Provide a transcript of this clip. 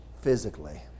physically